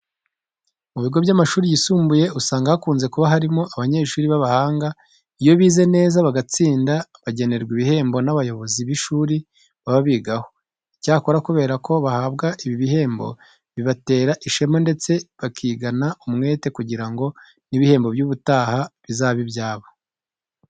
Mu bigo by'amashuri yisumbuye usanga hakunze kuba harimo abanyeshuri b'abahanga. Iyo bize neza bagatsinda bagenerwa ibihembo n'abayobozi b'ishuri baba bigaho. Icyakora kubera ko bahabwa ibi bihembo, bibatera ishema ndetse bakigana umwete kugira ngo n'ibihembo by'ubutaha bizabe ibyabo.